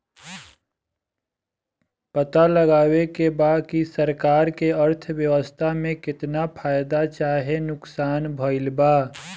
पता लगावे के बा की सरकार के अर्थव्यवस्था में केतना फायदा चाहे नुकसान भइल बा